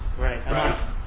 Right